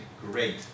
great